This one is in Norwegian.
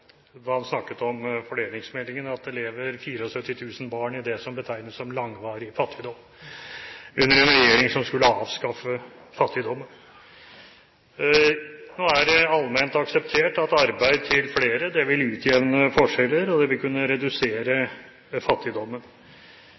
da han snakket om fordelingsmeldingen, at det lever 74 000 barn i det som betegnes som langvarig fattigdom, under en regjering som skulle avskaffe fattigdom. Nå er det allment akseptert at arbeid til flere vil utjevne forskjeller, og det vil kunne redusere fattigdommen.